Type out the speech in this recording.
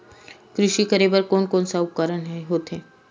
कृषि करेबर कोन कौन से उपकरण होथे?